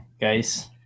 guys